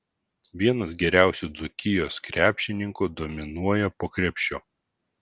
vienas geriausių dzūkijos krepšininkų dominuoja po krepšiu